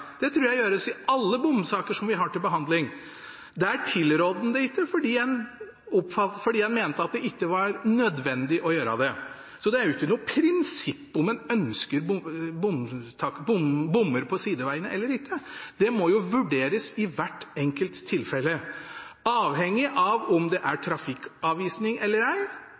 det tror jeg gjøres i alle bomsaker som vi har til behandling. Der tilrådde en det ikke, fordi en mente at det ikke var nødvendig å gjøre det. Så det er ikke noe prinsipp om en ønsker bommer på sidevegene eller ikke. Det må vurderes i hvert enkelt tilfelle, avhengig av om det er trafikkavvisning eller